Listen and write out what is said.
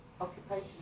occupation